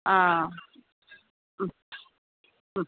ആ